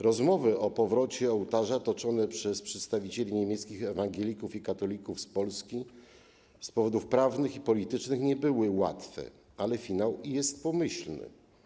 Rozmowy o powrocie ołtarza toczone przez przedstawicieli niemieckich ewangelików i katolików z Polski z powodów prawnych i politycznych nie były łatwe, ale finał jest pomyślny.